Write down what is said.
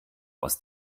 aus